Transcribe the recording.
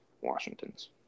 Washington's